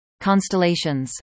Constellations